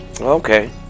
Okay